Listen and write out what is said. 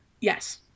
Yes